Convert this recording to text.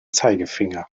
zeigefinger